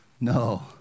No